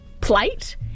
plate